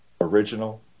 original